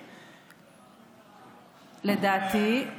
לדעתי,